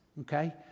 Okay